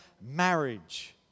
marriage